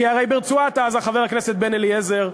כי הרי ברצועת-עזה, חבר הכנסת בן-אליעזר,